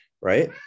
right